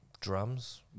drums